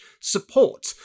support